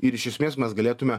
ir iš esmės mes galėtume